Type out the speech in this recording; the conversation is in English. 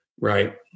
Right